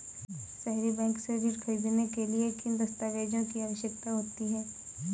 सहरी बैंक से ऋण ख़रीदने के लिए किन दस्तावेजों की आवश्यकता होती है?